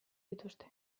dituzte